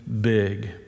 big